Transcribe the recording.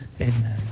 Amen